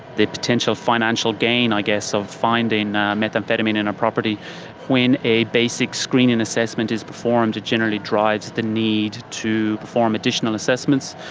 the potential financial gain i guess of finding methamphetamine in a property when a basic screening assessment is performed, it generally drives the need to perform additional assessments.